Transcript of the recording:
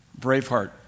Braveheart